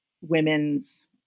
women's